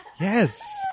Yes